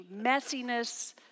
messiness